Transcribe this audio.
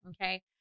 Okay